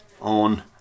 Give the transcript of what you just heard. on